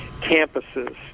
campuses